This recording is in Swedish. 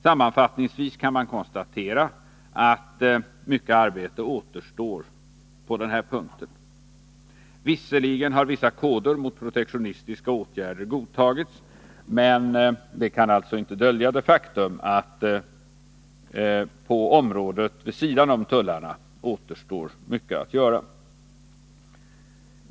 Sammanfattningsvis kan man konstatera att mycket arbete återstår på denna punkt. Visserligen har vissa koder mot protektionistiska åtgärder godtagits, men det kan alltså inte dölja det faktum att på området vid sidan om tullarna återstår mycket att göra.